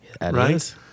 right